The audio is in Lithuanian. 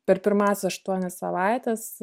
per pirmąsias aštuonias savaites